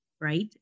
right